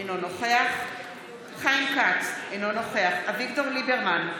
אינו נוכח חיים כץ, אינו נוכח אביגדור ליברמן,